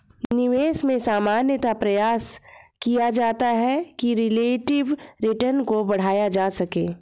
निवेश में सामान्यतया प्रयास किया जाता है कि रिलेटिव रिटर्न को बढ़ाया जा सके